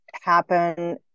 happen